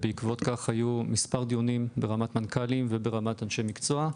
בעקבות כך היו מספר דיונים ברמת מנכ"לים וברמת אנשי מקצוע.